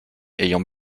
ayant